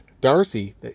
Darcy